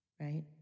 Right